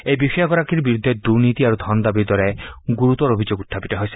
এই বিষয়াগৰাকীৰ বিৰুদ্ধে দুৰ্নীতি আৰু ধন দাবীৰ গুৰুতৰ অভিযোগ উখপিত হৈছে